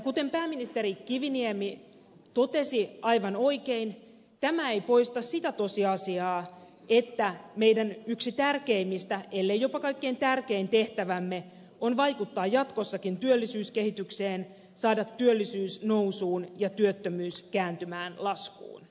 kuten pääministeri kiviniemi aivan oikein totesi tämä ei poista sitä tosiasiaa että meidän yksi tärkeimmistä tehtävistämme ellei jopa kaikkein tärkein on vaikuttaa jatkossakin työllisyyskehitykseen saada työllisyys nousuun ja työttömyys kääntymään laskuun